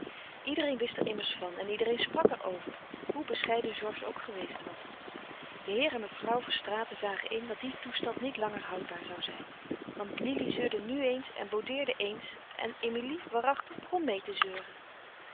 iedereen wist er immers van en iedereen sprak er over hoe bescheiden georges ook geweest was de heer en mevrouw verstraeten zagen in dat die toestand niet langer houdbaar zou zijn want lili zeurde nu eens en boudeerde eens en emilie waarachtig begon meê te zeuren